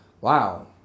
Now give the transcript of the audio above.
wow